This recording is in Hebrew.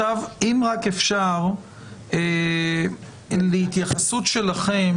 אם אפשר התייחסות שלכם